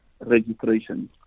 registration